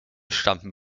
stammten